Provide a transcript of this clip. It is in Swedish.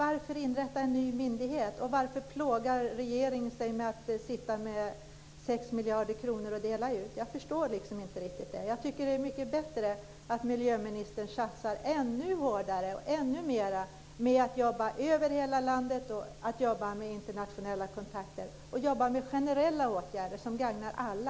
Varför ska man inrätta en ny myndighet, och varför plågar regeringen sig med att sitta med 6 miljarder kronor att dela ut? Jag förstår inte riktigt det. Det vore mycket bättre att miljöministern satsar ännu hårdare och ännu mer på att jobba över hela landet, att jobba med internationella kontakter och att jobba med generella åtgärder som gagnar alla.